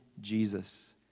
Jesus